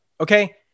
okay